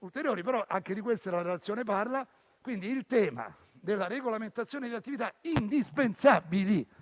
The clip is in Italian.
ulteriori, ma anche di questo tratta la relazione, il tema della regolamentazione di attività indispensabili.